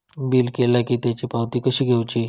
Bill केला की त्याची पावती कशी घेऊची?